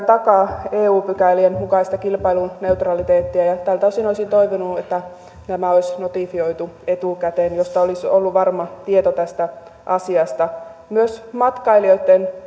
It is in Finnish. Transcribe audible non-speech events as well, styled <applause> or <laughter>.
<unintelligible> takaa eu pykälien mukaista kilpailuneutraliteettia tältä osin olisin toivonut että tämä olisi notifioitu etukäteen jolloin olisi ollut varma tieto tästä asiasta myös matkailijoitten